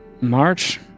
March